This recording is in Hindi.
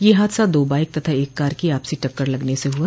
यह हादसा दो बाईक तथा एक कार की आपसी टक्कर लगने से हुआ